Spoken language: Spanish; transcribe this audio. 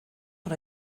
por